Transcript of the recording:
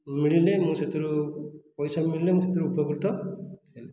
ମିଳିଲେ ମୁଁ ସେଥିରୁ ପଇସା ମିଳିଲେ ମୁଁ ସେଥିରୁ ଉପକୃତ